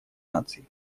наций